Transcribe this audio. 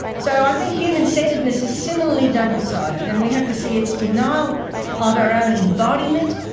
so i think human centredness is similarly double-sided, and we have to see its denial of our own embodiment,